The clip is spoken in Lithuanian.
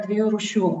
dviejų rūšių